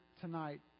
tonight